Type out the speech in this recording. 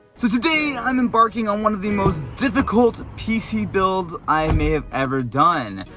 so today i'm embarking on one of the most difficult pc builds i may have ever done,